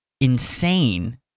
insane